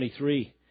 23